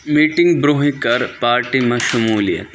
meeting برونٛہہ ہی کر پارٹی منٛز شموٗلیت